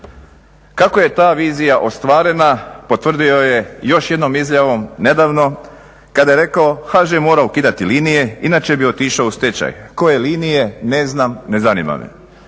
Kako je ta vizija ostvarena, potvrdio je još jednom izjavom nedavno kada je rekao: "HŽ mora ukidati linije, inače bi otišao u stečaj. Koje linije, ne znam, ne zanima me".